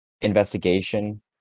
Investigation